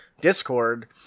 Discord